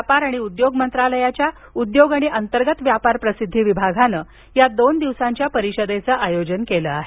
व्यापार आणि उद्योग मंत्रालयाच्या उद्योग आणि अंतर्गत व्यापार प्रसिद्धी विभागानं या दोन दिवसांच्या परिषदेचं आयोजन केलं आहे